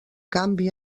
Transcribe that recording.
canvi